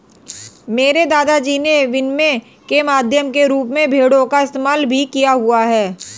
मेरे दादा जी ने विनिमय के माध्यम के रूप में भेड़ों का इस्तेमाल भी किया हुआ है